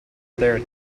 there